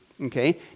Okay